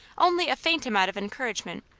only a faint amount of encouragement,